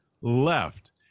Left